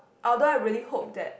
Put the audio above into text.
although I really hope that